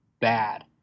bad